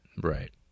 Right